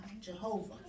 Jehovah